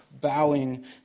bowing